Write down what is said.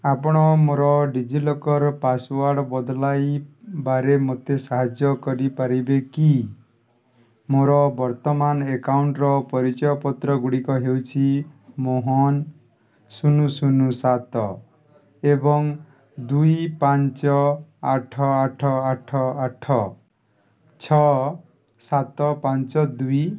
ଆପଣ ମୋର DigiLocker password ବଦଳାଇବାରେ ମୋତେ ସାହାଯ୍ୟ କରିପାରିବେ କି ମୋର ବର୍ତ୍ତମାନ ଏକାଉଣ୍ଟ୍ର ପରିଚୟପତ୍ରଗୁଡ଼ିକ ହେଉଛି ମୋହନ ଶୂନ ଶୂନ ସାତ ଏବଂ ଦୁଇ ପାଞ୍ଚ ଆଠ ଆଠ ଆଠ ଆଠ ଛଅ ସାତ ପାଞ୍ଚ ଦୁଇ